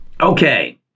Okay